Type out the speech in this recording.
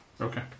Okay